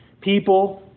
People